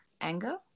anger